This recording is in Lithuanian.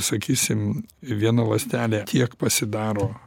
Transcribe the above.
sakysim viena ląstelė tiek pasidaro